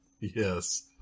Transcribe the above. Yes